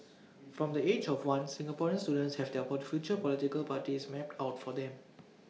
from the age of one Singaporean students have their port future political parties mapped out for them